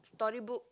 story book